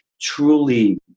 truly